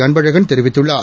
அன்பழகன் தெரிவித்துள்ளார்